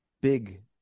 big